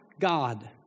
God